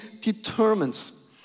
determines